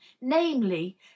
namely